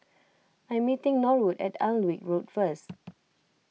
I'm meeting Norwood at Alnwick Road first